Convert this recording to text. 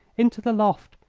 into the loft!